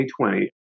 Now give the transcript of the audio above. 2020